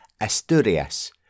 Asturias